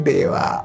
Deva